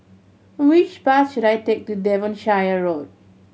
which bus should I take to Devonshire Road